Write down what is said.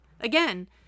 again